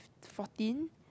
fourteen